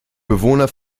bewohner